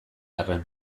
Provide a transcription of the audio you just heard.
arren